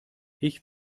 ich